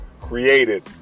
created